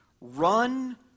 Run